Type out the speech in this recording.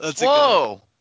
Whoa